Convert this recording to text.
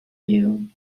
you